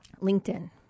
LinkedIn